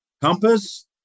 Compass